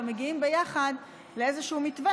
ומגיעים ביחד לאיזשהו מתווה,